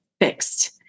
fixed